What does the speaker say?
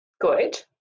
Good